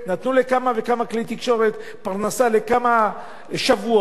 נתנו לכמה וכמה כלי תקשורת פרנסה לכמה שבועות,